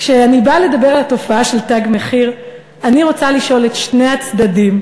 כשאני באה לדבר על התופעה של "תג מחיר" אני רוצה לשאול את שני הצדדים,